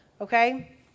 Okay